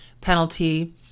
penalty